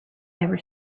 never